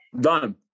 done